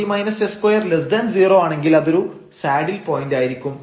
rt s20 ആണെങ്കിൽ അതൊരു saddle point ആയിരിക്കും